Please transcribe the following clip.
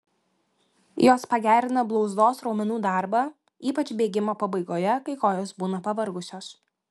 jos pagerina blauzdos raumenų darbą ypač bėgimo pabaigoje kai kojos būna pavargusios